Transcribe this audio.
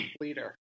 leader